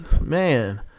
Man